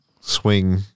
swing